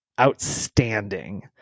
outstanding